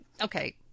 okay